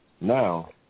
now